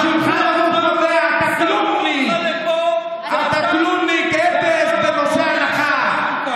אתה כלומניק, אפס בנושא הלכה.